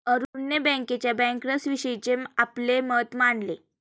अरुणने बँकेच्या बँकर्सविषयीचे आपले मत मांडले